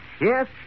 Yes